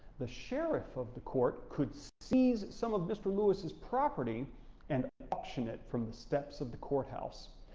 the sheriff of the court could seize some of mr. lewis's property and auction it from the steps of the courthouse.